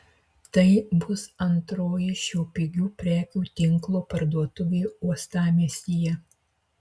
tai bus antroji šio pigių prekių tinklo parduotuvė uostamiestyje